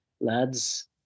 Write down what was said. lads